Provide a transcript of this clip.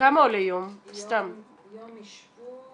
יום אשפוז